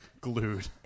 Glued